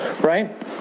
right